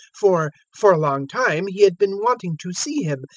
for, for a long time, he had been wanting to see him,